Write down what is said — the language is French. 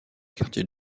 quartier